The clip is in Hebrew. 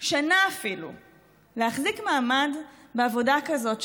שנה אפילו להחזיק מעמד בעבודה כזאת,